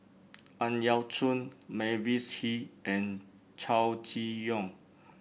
Ang Yau Choon Mavis Hee and Chow Chee Yong